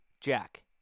Jack